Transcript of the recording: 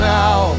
now